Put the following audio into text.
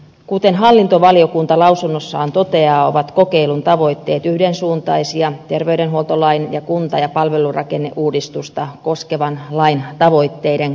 kuten hallintovaliokunta lausunnossaan toteaa ovat kokeilun tavoitteet yhdensuuntaisia terveydenhuoltolain ja kunta ja palvelurakenneuudistusta koskevan lain tavoitteiden kanssa